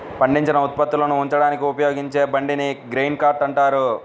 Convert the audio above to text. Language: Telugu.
పండించిన ఉత్పత్తులను ఉంచడానికి ఉపయోగించే బండిని గ్రెయిన్ కార్ట్ అంటారు